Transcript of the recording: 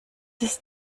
ist